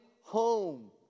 home